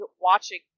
watching